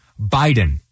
Biden